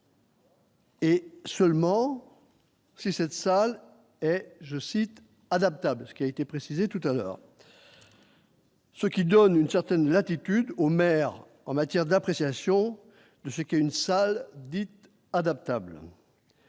Et seulement. Si cette salle et je cite adaptable, ce qui a été précisé tout à l'heure. Ce qui donne une certaine latitude aux maires en matière d'appréciation de ce qui est une salle dite adaptable.